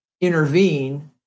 intervene